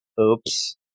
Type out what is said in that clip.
oops